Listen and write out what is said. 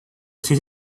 ses